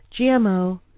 GMO